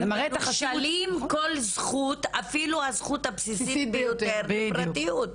הם מנשלים כל זכות ואפילו הזכות הבסיסית ביותר לפרטיות.